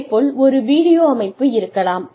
அதே போல ஒரு வீடியோ அமைப்பு இருக்கலாம்